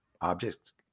objects –